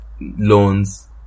loans